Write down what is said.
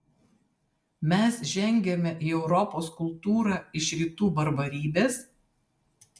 mes žengiame į europos kultūrą iš rytų barbarybės